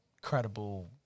credible